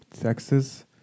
Texas